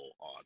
on